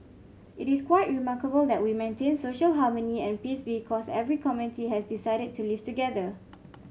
it is quite remarkable that we maintain social harmony and peace because every community has decided to live together